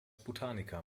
botaniker